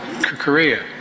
Korea